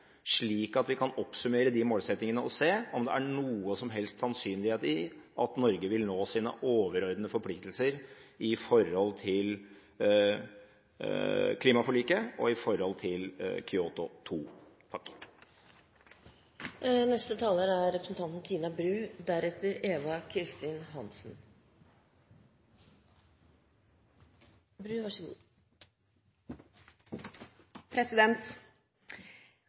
slik at vi kan oppsummere målsettingene og se om det er noen som helst sannsynlighet for at Norge vil nå sine overordnede forpliktelser i forhold til klimaforliket og Kyoto 2? Representanten Holmås sier han blir «seriøst lei av» kritikken av at de ikke gjorde noen ting da de satt i